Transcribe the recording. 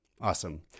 Awesome